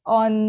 on